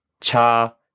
Cha